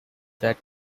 that